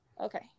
Okay